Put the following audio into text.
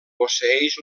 posseeix